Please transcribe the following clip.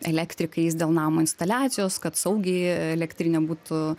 elektrikais dėl namo instaliacijos kad saugiai elektrinė būtų